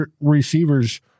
receivers